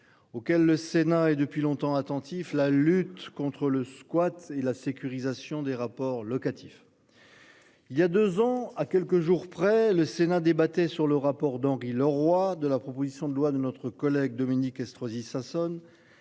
auxquelles le Sénat et depuis longtemps attentif. La lutte contre le squat et la sécurisation des rapports locatifs. Il y a 2 ans à quelques jours près, le Sénat débattait sur le rapport d'Henri, le roi de la proposition de loi de notre collègue Dominique Estrosi Sassone